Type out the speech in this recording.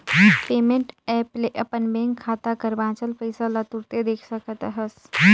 payment app ले अपन bank खाता कर बांचल पइसा ल तुरते देख सकत अहस